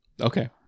Okay